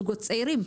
זוגות צעירים.